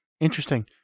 Interesting